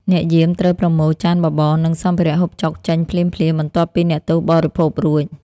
អ្នកយាមត្រូវប្រមូលចានបបរ និងសម្ភារៈហូបចុកចេញភ្លាមៗ បន្ទាប់ពីអ្នកទោសបរិភោគរួច។